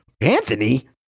Anthony